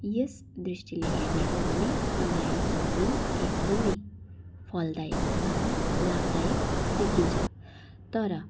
यस दृष्टिले हेर्ने हो भने अनलाइन सपिङ एकदमै फलदायक अथवा लाभदायक देखिन्छ तर